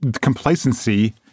complacency